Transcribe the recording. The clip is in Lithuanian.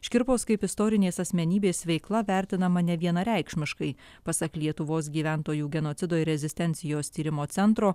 škirpos kaip istorinės asmenybės veikla vertinama nevienareikšmiškai pasak lietuvos gyventojų genocido ir rezistencijos tyrimo centro